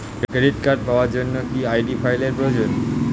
Credit card পাওয়ার জন্য কি আই.ডি ফাইল এর প্রয়োজন?